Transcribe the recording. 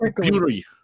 beauty